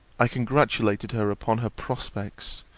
i congratulated her upon her prospects.